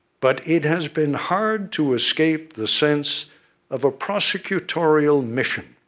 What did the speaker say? but it has been hard to escape the sense of a prosecutorial mission,